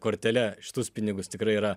kortele šitus pinigus tikrai yra